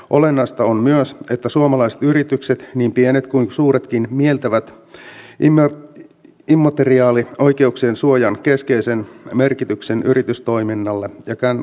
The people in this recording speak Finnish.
olennaista on myös että suomalaiset yritykset niin pienet kuin suuretkin mieltävät immateriaalioikeuksien suojan keskeisen merkityksen yritystoiminnalle ja kansainvälistymiselle